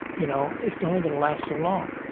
you know, it's only going to last so long.